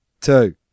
two